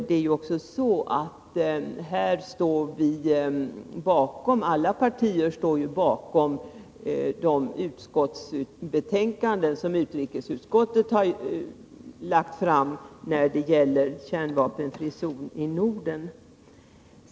Det är också värt att nämna att alla partier står bakom de utskottsbetänkanden som utrikesutskottet här lagt fram när det gäller en kärnvapenfri zon i Norden.